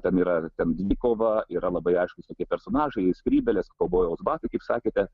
ten yra dvikova yra labai aiškūs tokie personažai skrybėlės kaubojaus batai kaip sakėte